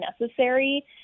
necessary